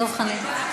דב חנין.